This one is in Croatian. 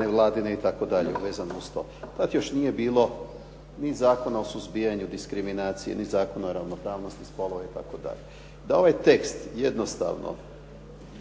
nevladine itd., vezane uz to. Tada još nije bilo ni Zakona o suzbijanju diskriminacije ni Zakona o ravnopravnosti spolova itd.. Da ovaj tekst jednostavno